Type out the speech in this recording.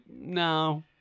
no